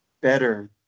better